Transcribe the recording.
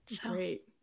Great